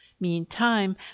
meantime